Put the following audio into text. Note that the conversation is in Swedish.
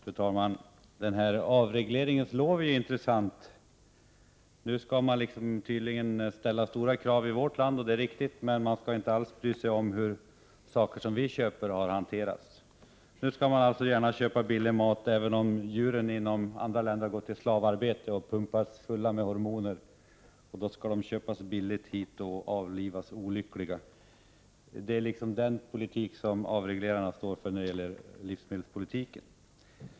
Fru talman! Det som sades till avregleringens lov var mycket intressant. Nu skall man tydligen ställa stora krav på livsmedel tillverkade i vårt land, vilket är riktigt, men man skall inte alls bry sig om hur livsmedel som vi köper från utlandet har hanterats. Tydligen skall man när det gäller Sverige gärna köpa billig mat. Även om djuren från andra länder har farit mycket illa och pumpats fulla med hormoner skall de köpas billigt av Sverige och avlivas när de är i dåligt skick. Det är den politik som avregleringsivrarna står för då det gäller livsmedelspolitiken.